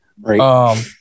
Right